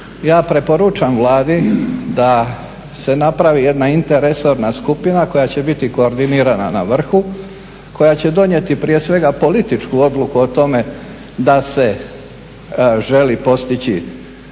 ja preporučam Vladi da se napravi jedna interresorna skupina koja će biti koordinirana na vrhu, koja će donijeti prije svega političku odluku o tome da se želi postići